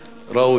ראוי.